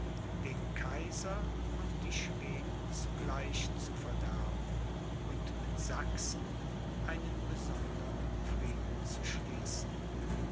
den kaiser und die schweden zugleich zu verderben und mit sachsen einen besondern frieden zu schließen